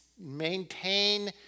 maintain